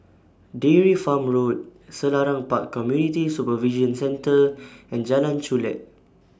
Dairy Farm Road Selarang Park Community Supervision Centre and Jalan Chulek